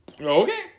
Okay